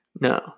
No